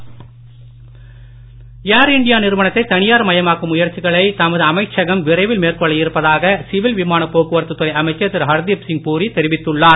Hardeep Singh Puri Air India நிறுவனத்தை தனியார் மயமாக்கும் முயற்சிகளை தமது அமைச்சகம் விரைவில் மேற்கொள்ள இருப்பதாக சிவில் விமான போக்குவரத்து துறை அமைச்சர் திரு ஹர்தீப்சிங் பூரி தெரிவித்துள்ளார்